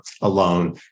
alone